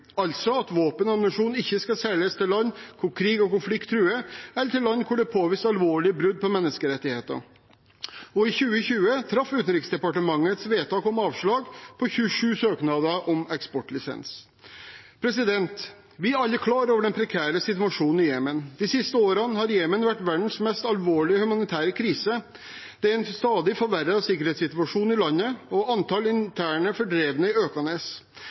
altså at våpen og ammunisjon ikke skal selges til land hvor krig og konflikt truer, eller til land hvor det er påvist alvorlige brudd på menneskerettighetene. I 2020 traff Utenriksdepartementet vedtak om avslag på 27 søknader om eksportlisens. Vi er alle klar over den prekære situasjonen i Jemen. De siste årene har situasjonen i Jemen vært verdens mest alvorlige humanitære krise. Det er en stadig forverret sikkerhetssituasjon i landet, og antallet interne fordrevne er økende.